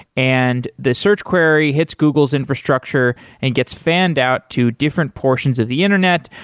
and the search query hits google's infrastructure and gets fanned out to different portions of the internet,